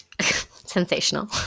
Sensational